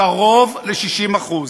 קרוב ל-60%.